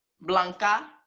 blanca